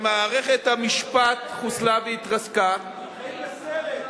שמערכת המשפט חוסלה והתרסקה, אתם חיים בסרט.